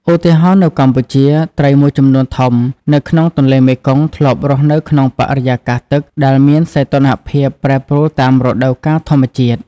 ឧទាហរណ៍ នៅកម្ពុជា ត្រីមួយចំនួនធំនៅក្នុងទន្លេមេគង្គធ្លាប់រស់នៅក្នុងបរិយាកាសទឹកដែលមានសីតុណ្ហភាពប្រែប្រួលតាមរដូវកាលធម្មជាតិ។